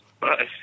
Bye